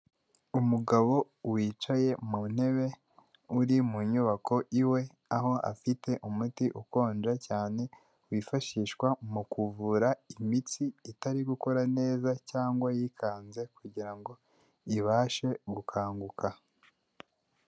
Umugabo wicaye mu ntebe uri mu nyubako iwe aho afite umuti ukonja cyane wifashishwa mu kuvura imitsi itari gukora neza cyangwa yikanze kugira ngo ibashe gukanguka.